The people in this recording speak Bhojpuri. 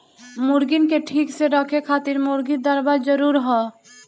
मुर्गीन के ठीक से रखे खातिर मुर्गी दरबा जरूरी हअ